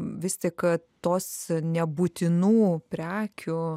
vis tik tos nebūtinų prekių